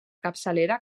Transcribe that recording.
capçalera